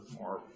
more